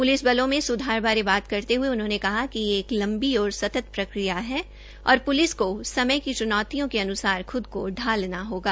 police बलों में सुधार के बारे बात करते हये उन्होंने कहा कि यह एक लंबी और सतत प्रक्रिया है और पुलिस को समय की चुनौतियों के अनुसार खुद को ढालना होगा